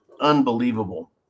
Unbelievable